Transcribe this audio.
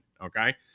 okay